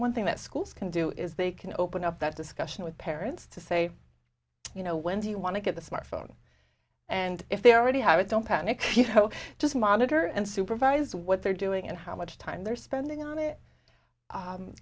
one thing that schools can do is they can open up that discussion with parents to say you know when do you want to get the smart phone and if they already have it don't panic you know just monitor and supervise what they're doing and how much time they're spending on it